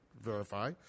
verify